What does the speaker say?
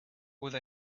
with